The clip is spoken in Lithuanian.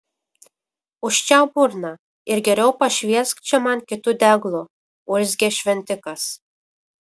užčiaupk burną ir geriau pašviesk čia man kitu deglu urzgė šventikas